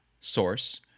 source